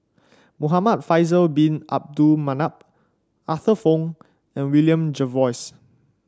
Muhamad Faisal Bin Abdul Manap Arthur Fong and William Jervois